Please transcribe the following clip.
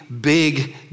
big